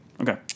Okay